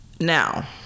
Now